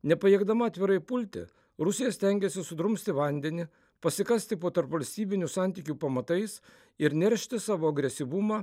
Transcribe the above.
nepajėgdama atvirai pulti rusija stengiasi sudrumsti vandenį pasikasti po tarpvalstybinių santykių pamatais ir neršti savo agresyvumą